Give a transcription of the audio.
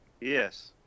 Yes